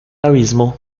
abismo